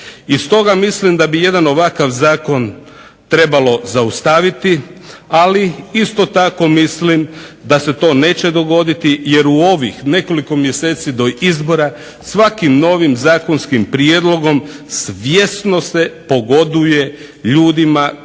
i stoga mislim da bi jedan ovakav Zakon trebalo zaustaviti ali isto tako mislim da se to neće dogoditi jer u ovih nekoliko mjeseci do izbora svakim novim zakonskim prijedlogom svjesno se pogoduje ljudima koji